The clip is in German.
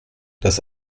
das